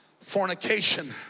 Fornication